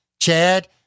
Chad